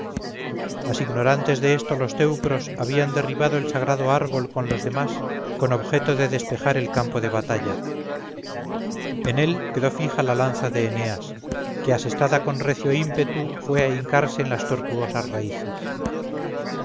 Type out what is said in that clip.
mas ignorantes de esto los teucros habían derribado el sagrado árbol con los demás con objeto de despejar el campo de batalla en él quedó fija la lanza de eneas que asestada con recio ímpetu fue a hincarse en las tortuosas raíces